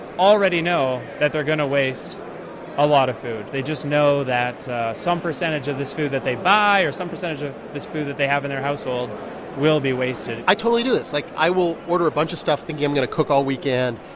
already know that they're going to waste a lot of food. they just know that some percentage of this food that they buy or some percentage of this food that they have in their household will be wasted i totally do this. like, i will order a bunch of stuff, thinking i'm going to cook all weekend,